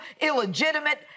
illegitimate